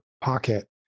pocket